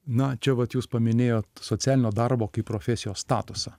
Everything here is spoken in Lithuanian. na čia vat jūs paminėjot socialinio darbo kaip profesijos statusą